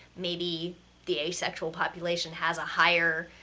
maybe the asexual population has a higher